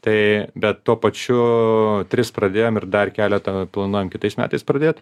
taai bet tuo pačiuu tris pradėjom ir dar keletą planuojam kitais metais pradėt